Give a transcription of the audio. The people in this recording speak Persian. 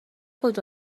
خود